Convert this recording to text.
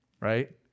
right